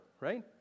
right